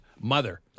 mother